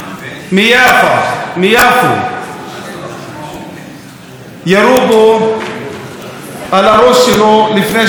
מיאפא, מיפו, ירו בו על הראש שלו לפני שבועיים.